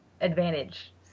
advantage